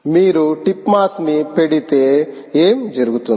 మీరు tip mass ని పెడితే ఏమి జరుగుతుంది